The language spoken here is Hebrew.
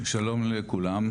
שלום לכולם,